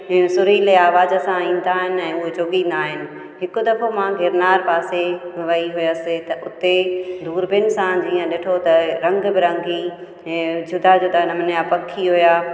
सुरीले आवाज़ सां ईंदा आहिनि उहे चुगिंदा आहिनि हिकु दफ़ो मां गिरनार पासे वई हुअसि त हुते दुरबीन सां जीअं ॾिठो त रंग बिरंगी जुदा जुदा नमूने जा पखी हुआ